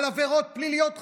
על עבירות פליליות חמורות,